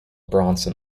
bronson